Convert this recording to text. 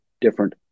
different